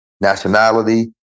nationality